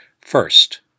First